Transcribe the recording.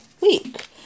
week